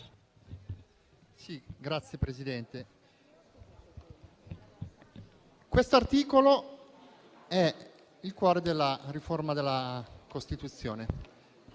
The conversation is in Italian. Signora Presidente, questo articolo è il cuore della riforma della Costituzione.